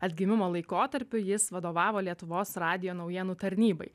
atgimimo laikotarpiu jis vadovavo lietuvos radijo naujienų tarnybai